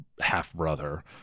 half-brother